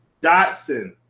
Dotson